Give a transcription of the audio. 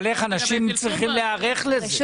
אבל אנשים צריכים להיערך לזה.